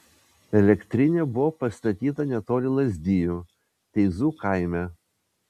elektrinė buvo pastatyta netoli lazdijų teizų kaime